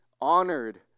honored